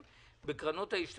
לכ-45% מהשכירים במשק יש קרן השתלמות,